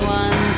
one